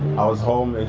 i was home, and